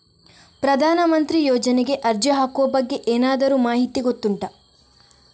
ಪ್ರಧಾನ ಮಂತ್ರಿ ಯೋಜನೆಗೆ ಅರ್ಜಿ ಹಾಕುವ ಬಗ್ಗೆ ಏನಾದರೂ ಮಾಹಿತಿ ಗೊತ್ತುಂಟ?